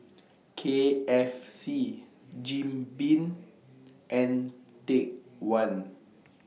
K F C Jim Beam and Take one